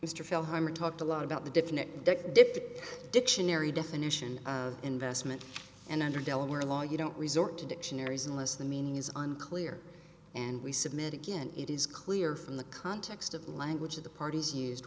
phil harmer talked a lot about the different dictionary definition of investment and under delaware law you don't resort to dictionaries unless the meaning is unclear and we submitted again it is clear from the context of language of the parties used